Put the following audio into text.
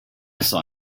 saw